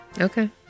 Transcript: Okay